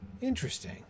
Interesting